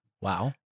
Wow